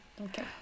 okay